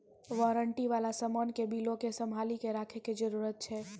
warranty बाला समान के बिलो के संभाली के रखै के जरूरत छै